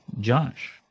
josh